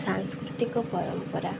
ସାଂସ୍କୃତିକ ପରମ୍ପରା